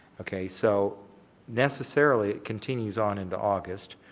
okay, so necessarily, it continues on into august.